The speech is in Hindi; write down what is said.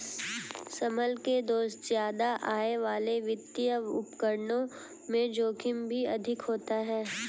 संभल के दोस्त ज्यादा आय वाले वित्तीय उपकरणों में जोखिम भी अधिक होता है